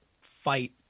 fight